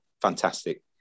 fantastic